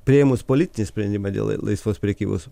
priėmus politinį sprendimą dėl laisvos prekybos